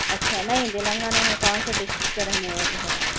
اچھا نہیں تلنگانہ میں کون سے ڈسٹرک کے رہنے والے ہے آپ